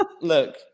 look